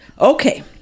Okay